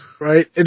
right